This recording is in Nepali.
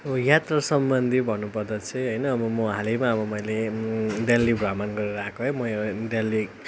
अब यात्रा सम्बन्धी भन्नुपर्दा चाहिँ होइन अब म हालैमा मैले दिल्ली भ्रमण गरेर आएको है म दिल्ली